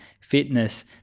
fitness